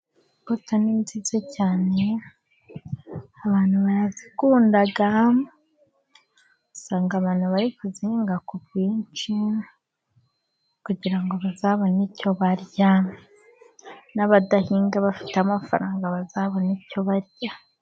Imbuto ni nziza cyane, abantu barazikunda, usanga abantu bari kuzihinga ku bwinshi, kugira ngo bazabone icyo barya, n'abadahinga bafite amafaranga, bazabona icyo barya.